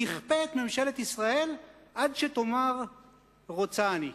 תכפה את ממשלת ישראל עד שתאמר רוצה אני,